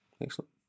Excellent